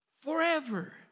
Forever